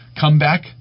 comeback